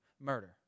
murder